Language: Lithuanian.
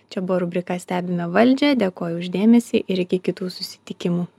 čia buvo rubrika stebime valdžią dėkoju už dėmesį ir iki kitų susitikimų